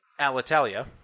Alitalia